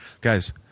Guys